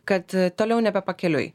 kad toliau nebe pakeliui